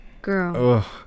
girl